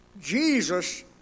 Jesus